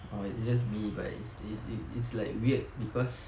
or it's just me but it's it's it's it's like weird because